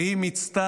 והיא באמת מיצתה,